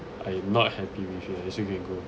I'm not happy with ya yes you can go